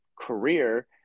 career